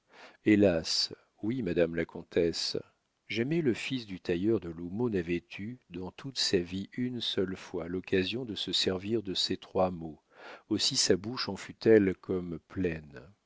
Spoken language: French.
hélas oui madame la comtesse jamais le fils du tailleur de l'houmeau n'avait eu dans toute sa vie une seule fois l'occasion de se servir de ces trois mots aussi sa bouche en fut-elle comme pleine